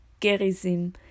Gerizim